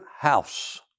house